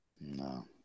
No